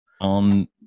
on